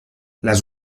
les